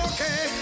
Okay